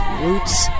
Roots